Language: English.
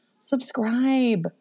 Subscribe